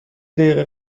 دقیقه